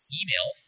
email